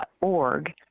org